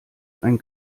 ein